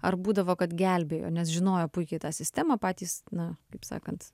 ar būdavo kad gelbėjo nes žinojo puikiai tą sistemą patys na kaip sakant